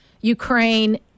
Ukraine